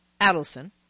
Adelson